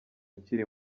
ukiri